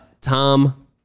Tom